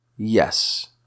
Yes